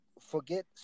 forget